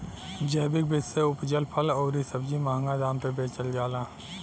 जैविक विधि से उपजल फल अउरी सब्जी महंगा दाम पे बेचल जाला